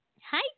Hi